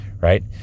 right